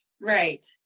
right